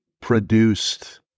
produced